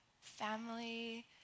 family